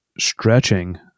stretching